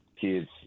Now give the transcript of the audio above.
kid's